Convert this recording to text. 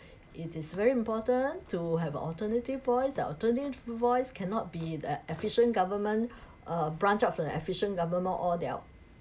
it is very important to have an alternative voice the alternate voice cannot be the efficient government uh branch of the efficient government or their